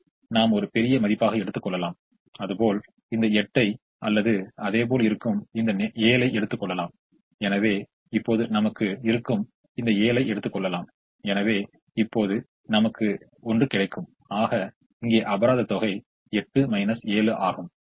ஒரு குறிப்பிட்ட தீர்வை ஒதுக்கப்படாத நிலைகளில் பொருந்துவதை நாம் கவனிக்கும் வரை இது தொடரும் அவை அனைத்தும் மீண்டும் நமக்குத் ஒரு நல்ல தீர்வை தரவில்லை என்றால் அப்பொழுது இதுதான் உகந்த தீர்வு எனப்படும் இந்த எடுத்துக்காட்டில் நமக்கு கிடைத்த உகந்த தீர்வு 565 ஆகும்